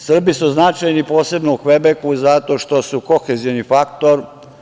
Srbi su značajni posebno u Kvebeku zato što su kohezioni faktor.